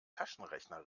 taschenrechner